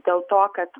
dėl to kad